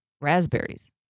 raspberries